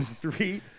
three